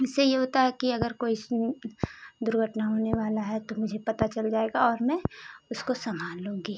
इससे यह होता है कि अगर कोई दुर्घटना होने वाला है तो मुझे पता चल जाएगा और मैं उसको संभाल लूँगी